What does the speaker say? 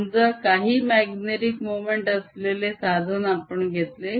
समजा काही magnetic moment असलेले साधन आपण घेतले